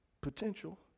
Potential